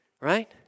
right